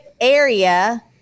area